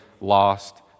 lost